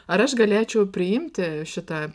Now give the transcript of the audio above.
ar aš galėčiau priimti šitą